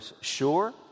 sure